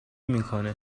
میکنه